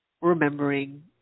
remembering